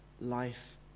life